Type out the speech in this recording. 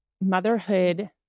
motherhood